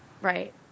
Right